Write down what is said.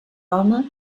home